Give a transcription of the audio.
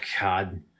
God